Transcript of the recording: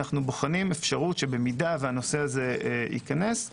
אנו בוחנים אפשרות שאם הנושא הזה ייכנס,